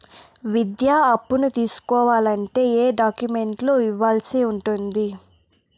విద్యా అప్పును తీసుకోవాలంటే ఏ ఏ డాక్యుమెంట్లు ఇవ్వాల్సి ఉంటుంది